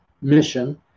mission